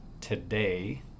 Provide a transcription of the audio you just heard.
today